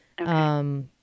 Okay